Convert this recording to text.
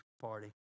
party